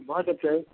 भऽ जेतै